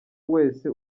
wese